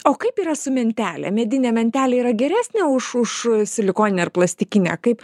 o kaip yra su mentele medinė mentelė yra geresnė už už silikoninę ar plastikinę kaip